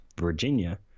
Virginia